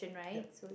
yep